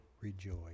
rejoice